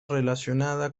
relacionada